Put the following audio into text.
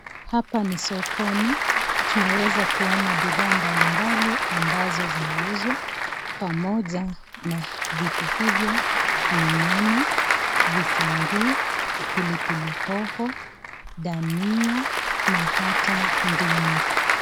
Hapa ni sokoni. Tunaweza kuona bidhaa mbalimbali ambazo zinauzwa, pamoja na vitu hivyo ni nyanya, vitunguu, pilipili hoho, dania na hata ndimu.